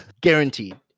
Guaranteed